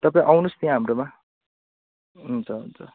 तपाईँ आउनुहोस् यहाँ हाम्रोमा हुन्छ हुन्छ